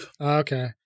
Okay